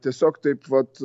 tiesiog taip vat